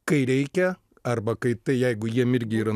kai reikia arba kai tai jeigu jiem irgi yra